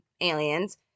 aliens